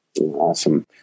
awesome